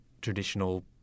traditional